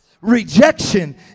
rejection